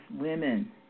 women